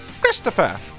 Christopher